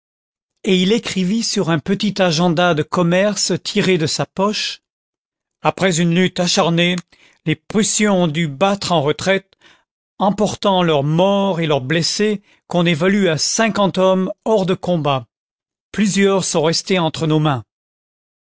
et il écrivit sur un petit agenda de commerce tiré de sa poche après une lutte acharnée les prussiens ont dû battre en retraite emportant leurs morts et leurs blessés qu'on évalue à cinquante hommes hors de combat plusieurs sont restés entre nos mains